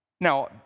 Now